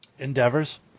endeavors